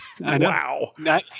Wow